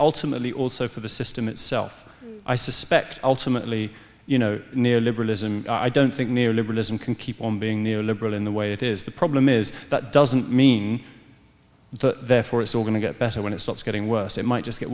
ultimately also for the system itself i suspect ultimately you know near liberalism i don't think near liberalism can keep on being near liberal in the way it is the problem is that doesn't mean that for it's all going to get better when it starts getting worse it might just get